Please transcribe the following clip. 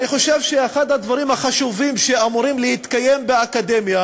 אני חושב שאחד הדברים החשובים שאמורים להתקיים באקדמיה